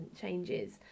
changes